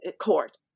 court